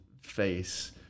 face